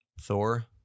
thor